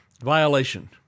violation